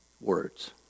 words